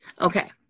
Okay